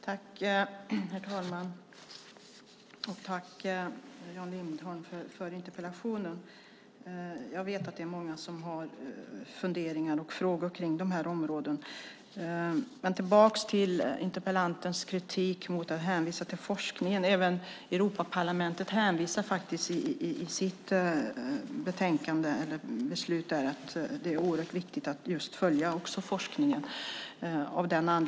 Herr talman! Jag tackar Jan Lindholm för interpellationen. Jag vet att det är många som har funderingar och frågor kring de här områdena. Jag går tillbaka till interpellantens kritik mot att hänvisa till forskningen. Även Europaparlamentet hänvisar i sitt beslut till att det är oerhört viktigt att följa forskningen.